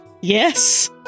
Yes